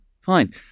fine